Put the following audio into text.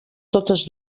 totes